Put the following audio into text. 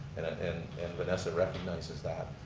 and and vanessa recognizes that.